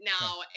now